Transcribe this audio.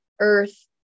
earth